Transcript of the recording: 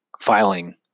filing